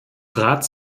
trat